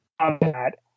combat